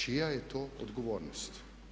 Čija je to odgovornost?